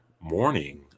morning